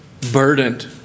burdened